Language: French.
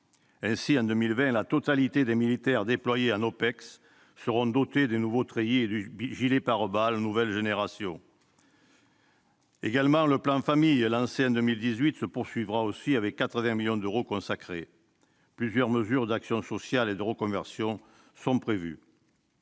Ainsi, en 2020, la totalité des militaires déployés en OPEX seront dotés du nouveau treillis et du gilet pare-balles nouvelle génération. Le plan Famille lancé en 2018 se poursuivra aussi, et 80 millions d'euros lui seront consacrés. Plusieurs mesures d'action sociale et de reconversion sont prévues.